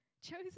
chosen